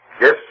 Yes